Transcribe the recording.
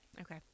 Okay